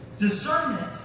Discernment